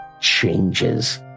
changes